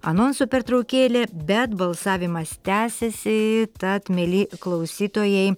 anonsų pertraukėlė bet balsavimas tęsiasi tad mieli klausytojai